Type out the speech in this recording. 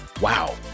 Wow